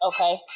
okay